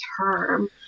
term